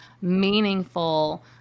meaningful